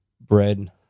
bread